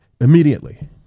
immediately